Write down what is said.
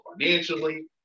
financially